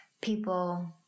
people